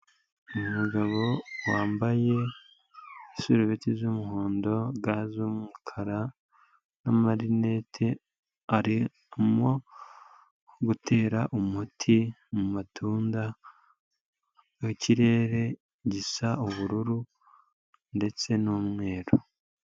Umugabo wambaye isurubeti z'umuhondo ga z'umukara na marinete arimo gutera umuti mu matunda, ikirere gisa ubururu ndetse n'umweru.